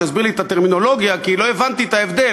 שיסביר לי את הטרמינולוגיה כי לא הבנתי את ההבדל.